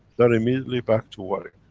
they're immediately back to work.